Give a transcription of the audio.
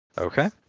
okay